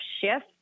shift